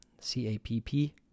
C-A-P-P